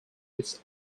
its